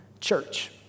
church